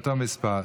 לאותו מספר,